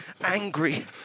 angry